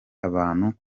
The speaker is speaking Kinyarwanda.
abantu